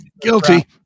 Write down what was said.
Guilty